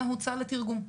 והוצא לתרגום.